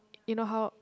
you know how